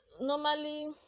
normally